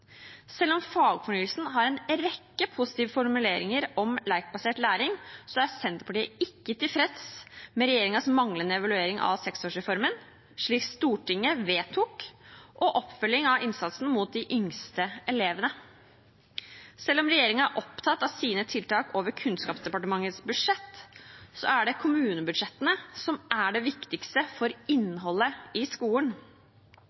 Selv om fagfornyelsen har en rekke positive formuleringer om lekbasert læring, er Senterpartiet ikke tilfreds med regjeringens manglende evaluering av seksårsreformen – slik Stortinget vedtok – og oppfølging av innsatsen mot de yngste elevene. Selv om regjeringen er opptatt av sine tiltak over Kunnskapsdepartementets budsjett, er det kommunebudsjettene som er det viktigste for